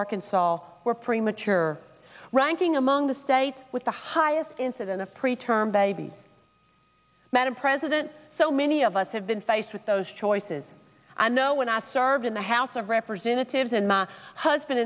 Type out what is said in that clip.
arkansas all were premature ranking among the states with the highest incidence of pre term babies madam president so many of us have been faced with those choices i know when i served in the house of representatives and my husband